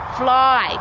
fly